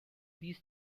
these